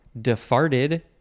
defarted